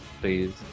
Please